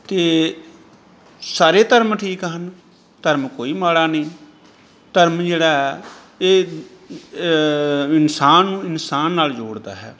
ਅਤੇ ਸਾਰੇ ਧਰਮ ਠੀਕ ਹਨ ਧਰਮ ਕੋਈ ਮਾੜਾ ਨਹੀਂ ਧਰਮ ਜਿਹੜਾ ਹੈ ਇਹ ਇਨਸਾਨ ਨੂੰ ਇਨਸਾਨ ਨਾਲ ਜੋੜਦਾ ਹੈ